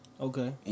Okay